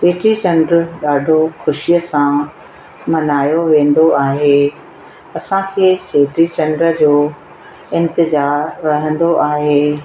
चेटी चंड ॾाढो खुशीअ सां मल्हायो वेंदो आहे असांखे चेटी चंड जो इंतिज़ातु रहंदो आहे